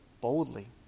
boldly